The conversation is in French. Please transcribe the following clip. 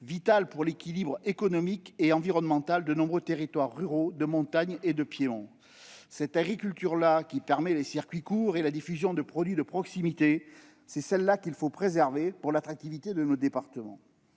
vitale pour l'équilibre économique et environnemental de nombreux territoires ruraux de montagne et de piémont. C'est cette agriculture-là qui permet les circuits courts et la diffusion de produits de proximité ; c'est celle-là qu'il faut préserver pour l'attractivité de nos départements.